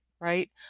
Right